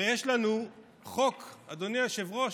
הרי יש לנו חוק, אדוני היושב-ראש,